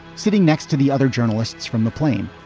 sitting next to the other journalists from the plane,